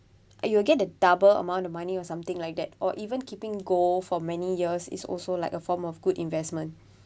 ah you will get a double amount of money or something like that or even keeping gold for many years is also like a form of good investment